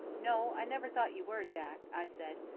no, i never thought you were, jack, i said,